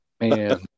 man